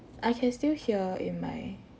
I can still hear in my